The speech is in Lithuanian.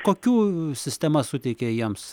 kokių sistema suteikia jiems